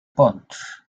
ponts